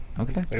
Okay